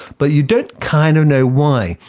but you don't kind of know why.